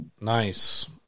nice